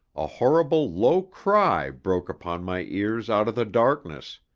a horrible low cry broke upon my ears out of the darkness.